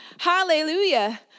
Hallelujah